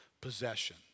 possession